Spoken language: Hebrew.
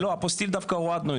לא, דווקא את האפוסטיל הורדנו.